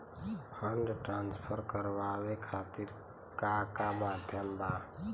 Fund transfer करवाये खातीर का का माध्यम बा?